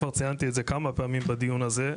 כבר ציינתי את זה כמה פעמים בדיון הזה,